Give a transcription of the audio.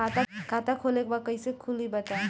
खाता खोले के बा कईसे खुली बताई?